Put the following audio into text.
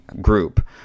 group